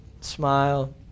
Smile